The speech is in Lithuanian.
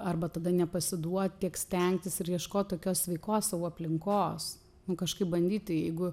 arba tada nepasiduot tiek stengtis ir ieškot tokios sveikos sau aplinkos nu kažkaip bandyti jeigu